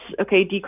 Okay